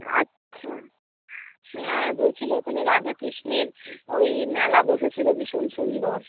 আচ্ছা হ্যাঁ বলছিলো ওখানে রাধাকৃষ্ণের ওই মেলা বসেছিল ভীষন সুন্দর